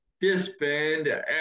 disband